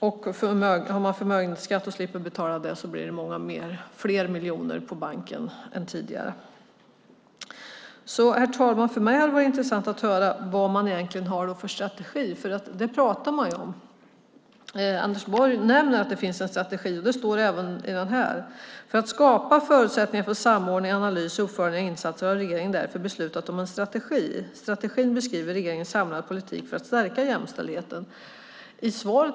Slipper man dessutom betala förmögenhetsskatt blir det många fler miljoner på banken än tidigare. Herr talman! Jag tycker att det hade varit intressant att höra vad man har för strategi. Man pratar ju om det. Anders Borg nämner att det finns en strategi, och det står även här. För att skapa förutsättningar för samordning, analys och uppföljning av insatser har regeringen därför beslutat om en strategi. Strategin beskriver regeringens samlade politik för att stärka jämställdheten.